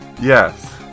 Yes